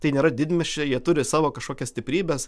tai nėra didmiesčiai jie turi savo kažkokias stiprybes